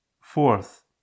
Fourth